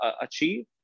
achieve